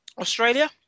Australia